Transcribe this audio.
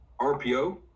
RPO